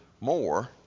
more